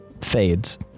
fades